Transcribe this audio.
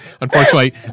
Unfortunately